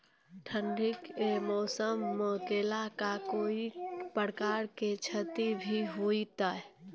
ठंडी के मौसम मे केला का कोई प्रकार के क्षति भी हुई थी?